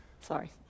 Sorry